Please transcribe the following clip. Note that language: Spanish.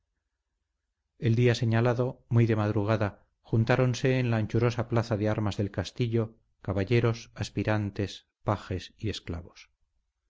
el día señalado muy de madrugada juntáronse en la anchurosa plaza de armas del castillo caballeros aspirantes pajes y esclavos